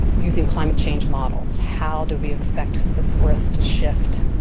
using climate change models, how do we expect the forest to shift